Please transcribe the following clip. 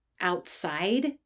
outside